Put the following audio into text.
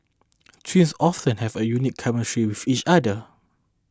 twins often have a unique chemistry with each other